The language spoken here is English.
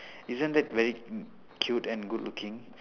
isn't that very cute and good looking